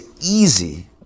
easy